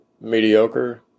mediocre